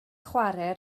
chwarae